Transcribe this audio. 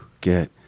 get